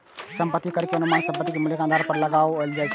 संपत्ति कर के अनुमान संपत्ति के मूल्य के आधार पर लगाओल जाइ छै